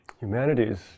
humanities